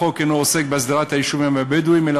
החוק אינו עוסק בהסדרת היישובים הבדואיים אלא